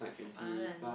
fun